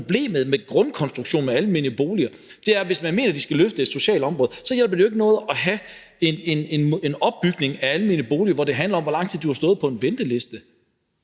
problem med grundkonstruktionen. For hvis man mener, at de almene boliger skal løfte et socialt område, hjælper det jo ikke noget at have en opbygning af almene boliger, hvor det handler om, i hvor lang tid du har stået på en venteliste.